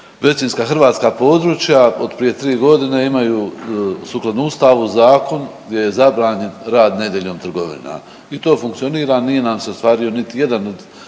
većinska hrvatska područja od prije tri godine imaju sukladno ustavu, zakon gdje je zabranjen rad nedeljom trgovina. I to funkcionira, nije nam se ostvario niti jedan od